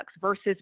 versus